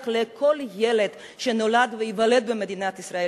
לכל ילד שנולד וייוולד במדינת ישראל,